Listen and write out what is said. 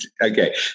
okay